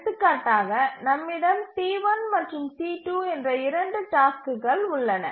எடுத்துக்காட்டாக நம்மிடம் T1 மற்றும் T2 என்ற 2 டாஸ்க்குகள் உள்ளன